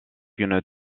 une